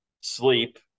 sleep